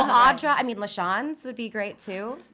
audra, i mean lachanze would be great too,